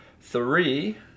three